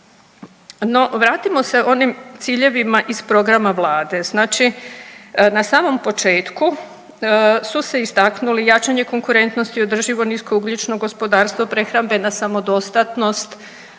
No vratimo se onim ciljevima iz programa Vlade, znači na samo početku su se istaknuli jačanje konkurentnosti, održivo nisko ugljično gospodarstvo, prehrambena samodostatnost.